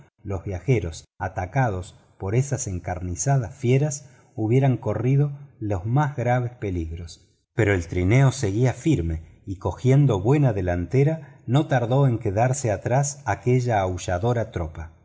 los viajeros atacados por esas encarnizadas fieras hubieran corrido los mas graves peligros pero el trineo seguía firme y tomando buena delantera no tardó en quedarse atrás aquella aultadora tropa